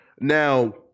Now